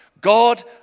God